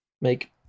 Make